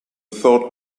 thought